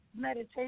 meditation